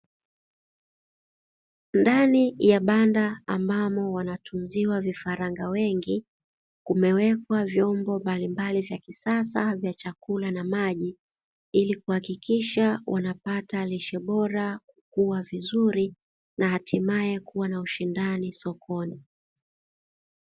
Ndani ya banda ambalo linatunzwa vifaranga wengi, kumewekwa vyombo mbalimbali vya kisasa vya chakula na maji ili kuhakikisha wanapata lishe bora, kukuwa vizuri, na hatimaye kuwa na ushindani sokoni.